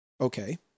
okay